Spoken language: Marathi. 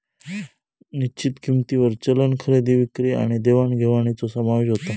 निश्चित किंमतींवर चलन खरेदी विक्री आणि देवाण घेवाणीचो समावेश होता